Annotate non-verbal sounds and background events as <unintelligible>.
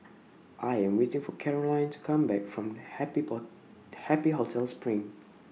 I Am waiting For Caroline to Come Back from Happy <unintelligible> Happy Hotel SPRING